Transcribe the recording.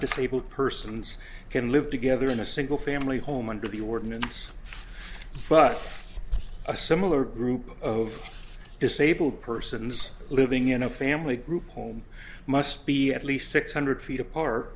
disabled persons can live together in a single family home under the ordinance but a similar group of disabled persons living in a family group home must be at least six hundred feet apart